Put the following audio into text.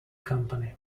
company